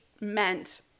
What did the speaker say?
meant